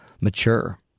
mature